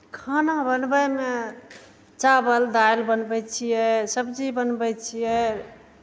खाना बनबैमे चावल दालि बनबै छियै सब्जी बनबै छियै